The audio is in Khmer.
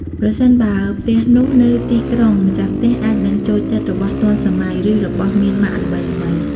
ប្រសិនបើផ្ទះនោះនៅទីក្រុងម្ចាស់ផ្ទះអាចនឹងចូលចិត្តរបស់ទាន់សម័យ ឬរបស់មានម៉ាកល្បីៗ។